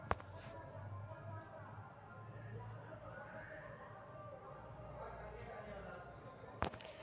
ग्राहक नेटबैंकिंग के मदद से फिक्स्ड डिपाजिट कर सका हई